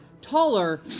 taller